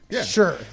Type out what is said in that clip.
Sure